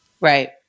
Right